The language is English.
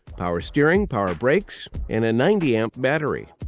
power steering, power breaks, and a ninety amp battery.